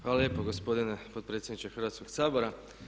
Hvala lijepa gospodine potpredsjedniče Hrvatskog sabora.